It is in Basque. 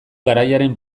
garaiaren